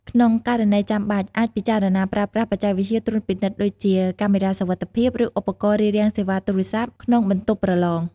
ក្នុងករណីចាំបាច់ អាចពិចារណាប្រើប្រាស់បច្ចេកវិទ្យាត្រួតពិនិត្យដូចជា កាមេរ៉ាសុវត្ថិភាព ឬឧបករណ៍រារាំងសេវាទូរស័ព្ទក្នុងបន្ទប់ប្រឡង។